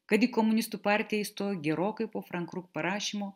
kad į komunistų partiją įstojo gerokai po frank kruk parašymo